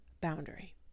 boundary